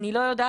אני לא יודעת,